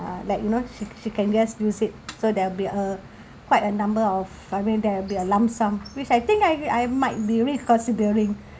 uh like you know she she can just use it so there will be a quite a number of I mean there will be a lump sum which I think I I might be reconsidering